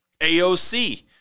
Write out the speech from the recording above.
AOC